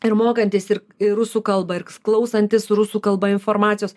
ir mokantys ir ir rusų kalbą ir klausantys rusų kalba informacijos